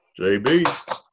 JB